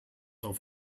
auf